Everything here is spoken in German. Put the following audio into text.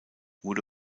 wurde